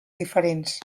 diferents